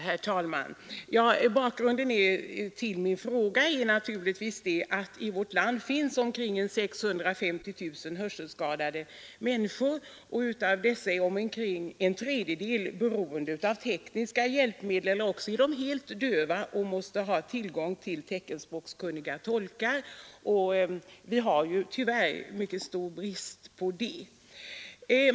Herr talman! Bakgrunden till min fråga är att det i vårt land finns omkring 650 000 hörselskadade människor. Av dessa är omkring en tredjedel beroende av tekniska hjälpmedel medan andra är helt döva och måste ha tillgång till teckenspråkkunniga tolkar, som det tyvärr råder mycket stor brist på.